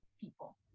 people